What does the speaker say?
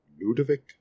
Ludovic